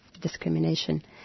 discrimination